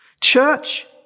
Church